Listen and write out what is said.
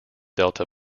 delta